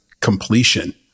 completion